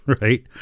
Right